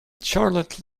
charlotte